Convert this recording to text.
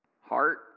Heart